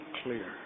clear